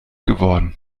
geworden